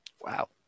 Wow